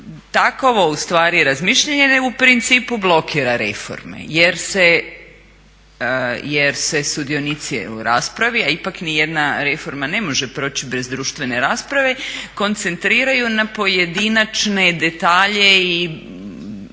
Takvo ustvari razmišljanje u principu blokira reforme jer se sudionici u raspravi, a ipak nijedna reforma ne može proći bez društvene rasprave, koncentriraju na pojedinačne detalje i dokazivanje